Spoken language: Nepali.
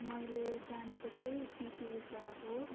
मैले जानेको चैँ पी टी उषा हो